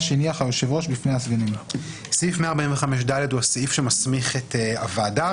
שהניח היושב-ראש בפני הסגנים"; סעיף 145(ד) הוא הסעיף שמסמיך את הוועדה,